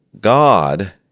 God